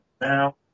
Now